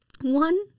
One